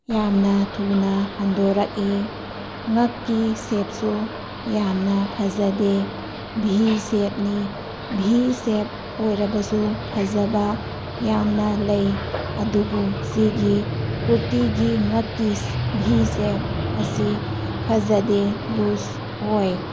ꯌꯥꯝꯅ ꯊꯨꯅ ꯍꯟꯗꯣꯔꯛꯏ ꯉꯛꯀꯤ ꯁꯦꯞꯁꯨ ꯌꯥꯝꯅ ꯐꯖꯗꯦ ꯚꯤ ꯁꯦꯞꯅꯤ ꯚꯤ ꯁꯦꯞ ꯑꯣꯏꯔꯕꯁꯨ ꯐꯖꯕ ꯌꯥꯝꯅ ꯂꯩ ꯑꯗꯨꯕꯨ ꯁꯤꯒꯤ ꯀꯨꯔꯇꯤꯒꯤ ꯉꯛꯀꯤ ꯚꯤ ꯁꯦꯞ ꯑꯁꯤ ꯐꯖꯗꯦ ꯂꯨꯁ ꯑꯣꯏ